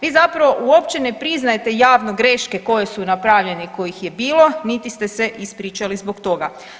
Vi zapravo uopće ne priznajete javne greške koje su napravljene i kojih je bilo, niti ste se ispričali zbog toga.